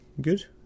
Good